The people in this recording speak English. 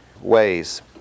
ways